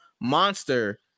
monster